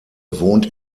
wohnt